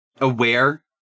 aware